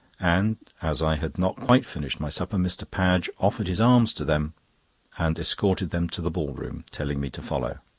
and as i had not quite finished my supper, mr. padge offered his arms to them and escorted them to the ball-room, telling me to follow.